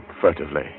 furtively